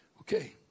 Okay